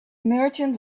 merchant